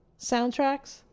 soundtracks